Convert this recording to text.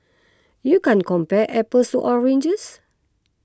you can't compare apples oranges